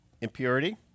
impurity